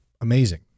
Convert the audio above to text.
amazing